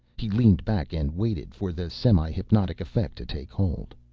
he leaned back and waited for the semi-hypnotic effect to take hold.